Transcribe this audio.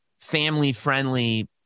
family-friendly